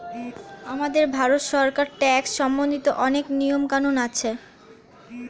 আমাদের ভারত সরকারের ট্যাক্স সম্বন্ধিত অনেক নিয়ম কানুন আছে